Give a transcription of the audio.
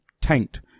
tanked